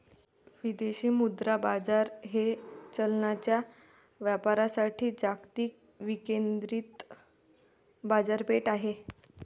विदेशी मुद्रा बाजार हे चलनांच्या व्यापारासाठी जागतिक विकेंद्रित बाजारपेठ आहे